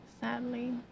Sadly